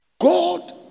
God